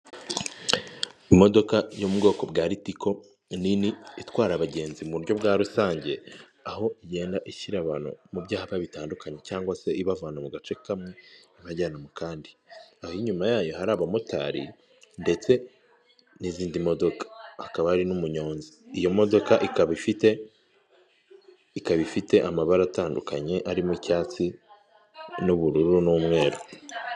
Imodoka yo mu bwoko bwa ritiko, nini itwara abagenzi mu buryo bwa rusange, aho igenda ishyira abantu mu byapa bitandukanye, cyangwa se ibavana mu gace kamwe ibajyana mu kandi. Aho inyuma yayo hari abamotari, ndetse n'izindi modoka, hakaba hari n'umunyonzi. Iyo modoka ikaba ifite amabara atandukanye, arimo icyatsi, n'ubururu, n'umweru.